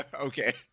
Okay